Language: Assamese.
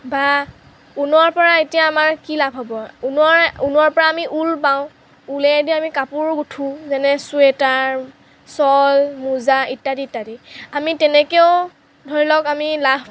বা ঊণৰ পৰা এতিয়া আমাৰ কি লাভ হ'ব ঊণৰ ঊণৰ পৰা আমি ঊল পাওঁ ঊলেদি আমি কাপোৰ গুঠোঁ যেনে ছুৱেটাৰ শ্বল মোজা ইত্যাদি ইত্যাদি আমি তেনেকৈয়ো ধৰি লওক আমি লাভ